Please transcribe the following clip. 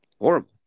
Horrible